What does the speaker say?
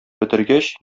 бетергәч